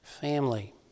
family